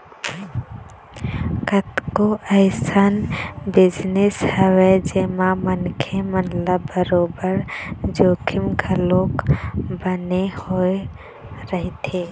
कतको अइसन बिजनेस हवय जेमा मनखे मन ल बरोबर जोखिम घलोक बने होय रहिथे